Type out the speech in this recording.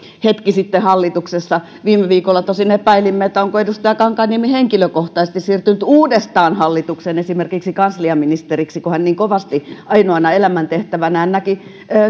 hetki sitten hallituksessa viime viikolla tosin epäilimme onko edustaja kankaanniemi henkilökohtaisesti siirtynyt uudestaan hallitukseen esimerkiksi kansliaministeriksi kun hän niin kovasti ainoana elämäntehtävänään näki